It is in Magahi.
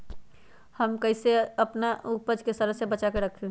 हम कईसे अपना उपज के सरद से बचा के रखी?